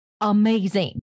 amazing